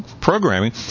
programming